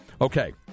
Okay